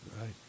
Right